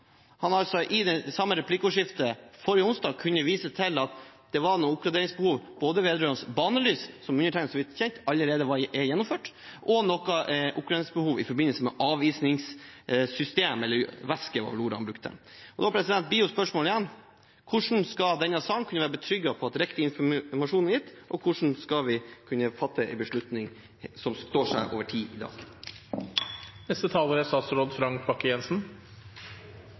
i det samme replikkordskiftet, forrige onsdag, kunne vise til at det var noen oppgraderingsbehov både vedrørende banebelysning – som, så vidt undertegnede vet, allerede er gjennomført – og i forbindelse med avisingsvæske, som vel var ordet som ble brukt. Da blir igjen spørsmålet: Hvordan skal denne salen kunne være trygg på at riktig informasjon er gitt? Og hvordan skal vi kunne fatte en beslutning i dag som står seg over tid?